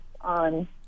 on